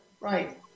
Right